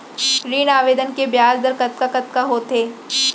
ऋण आवेदन के ब्याज दर कतका कतका होथे?